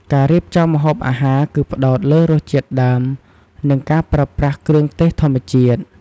ការរៀបចំម្ហូបអាហារគឺផ្ដោតលើរសជាតិដើម និងការប្រើប្រាស់គ្រឿងទេសធម្មជាតិ។